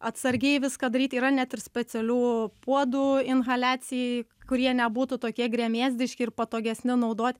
atsargiai viską daryti yra net ir specialių puodų inhaliacijai kurie nebūtų tokie gremėzdiški ir patogesni naudot